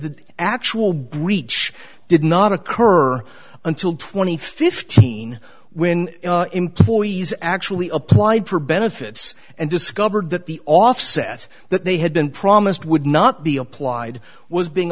the actual breach did not occur until two thousand and fifteen when employees actually applied for benefits and discovered that the offset that they had been promised would not be applied was being